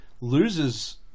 loses